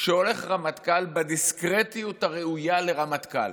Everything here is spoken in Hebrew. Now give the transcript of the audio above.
שכשהולך רמטכ"ל, בדיסקרטיות הראויה לרמטכ"ל,